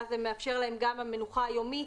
ואז זה מאפשר להם גם המנוחה היומית,